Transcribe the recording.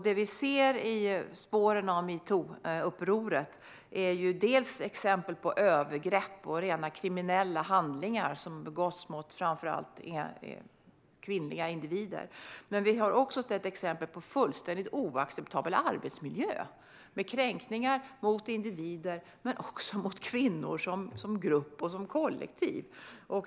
Det vi ser i spåren av metoo-upproret är dels exempel på övergrepp och rent kriminella handlingar som begåtts mot framför allt kvinnliga individer, dels exempel på fullständigt oacceptabel arbetsmiljö med kränkningar såväl mot individer som mot kvinnor som grupp och som kollektiv.